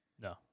no